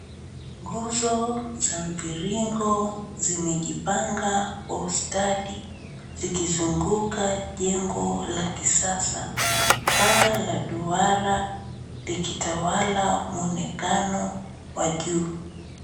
Nguzo za mviringo zimejipanga kwa ustadi zikizunguka jengo la kisasa. Paa la duara likitawala mwonekano waa juu.